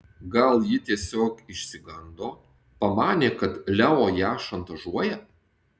gal ji tiesiog išsigando pamanė kad leo ją šantažuoja